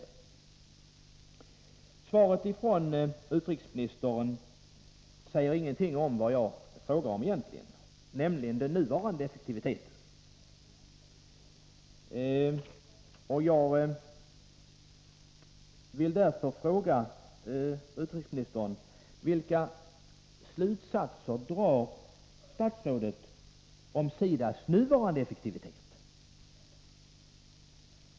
I svaret säger utrikesministern ingenting om det jag egentligen frågat om, nämligen hans syn på den nuvarande effektiviteten i SIDA :s verksamhet. Jag vill därför fråga utrikesministern: Vilka slutsatser drar statsrådet av det här uttalandet när det gäller SIDA:s nuvarande effektivitet?